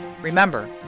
Remember